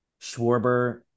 Schwarber